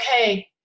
okay